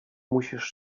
musisz